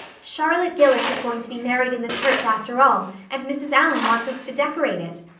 charlotte gillis is going to be married in the church after all and mrs. allan wants us to decorate it,